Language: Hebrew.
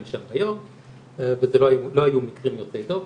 שם היום וזה לא היו מקרים יוצאי דופן,